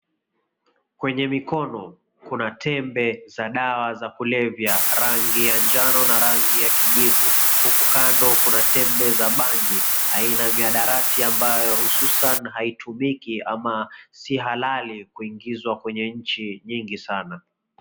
Kwenye mikono kuna tembea za dawa za kulevya rangi ya njano na rangi ya kijivu. Huku kando kuna tembea za bhangi aina ya mihadarati ambayo hususan haitumiki ama si halali kuingizwa nchi nyingi sana.